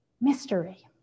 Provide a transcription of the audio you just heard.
mystery